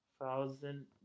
thousand